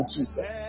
Jesus